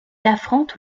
affronte